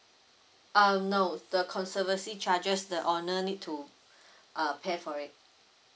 um no the conservancy charges the owner need to uh pay for it